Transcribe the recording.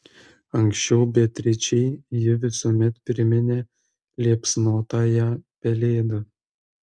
anksčiau beatričei ji visuomet priminė liepsnotąją pelėdą